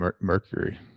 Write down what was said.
Mercury